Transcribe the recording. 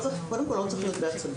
קודם כל לא צריך להיות בעצבים,